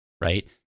right